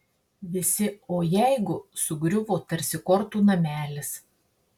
visi o jeigu sugriuvo tarsi kortų namelis